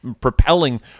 propelling